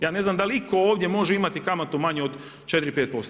Ja ne znam da li itko ovdje može imati kamatu manju od 4,5%